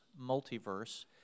multiverse